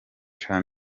cya